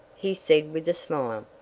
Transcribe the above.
he said with a smile.